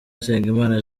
nsengimana